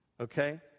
Okay